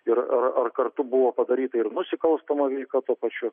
ir ar ar kartu buvo padaryta nusikalstama veika tuo pačiu